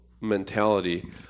mentality